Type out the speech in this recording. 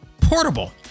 portable